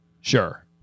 Sure